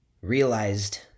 realized